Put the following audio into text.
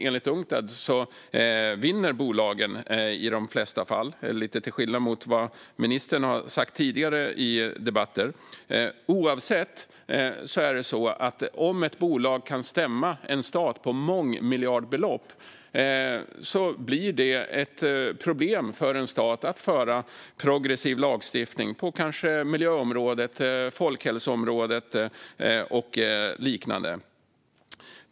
Enligt Unctad vinner bolagen i de flesta fall, till skillnad mot vad ministern har sagt tidigare i debatter. Oavsett det är det så att om ett bolag kan stämma en stat på mångmiljardbelopp blir det ett problem för en stat att föra fram progressiv lagstiftning på kanske miljöområdet, folkhälsoområdet och liknande.